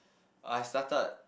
I started